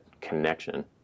connection